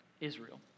Israel